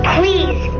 Please